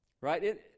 Right